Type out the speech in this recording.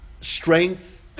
strength